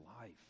life